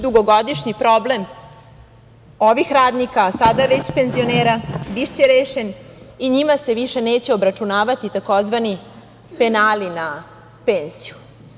Dugogodišnji problem ovih radnika sada već penzionera, biće rešen i njima se više neće obračunavati tzv. penali na penziju.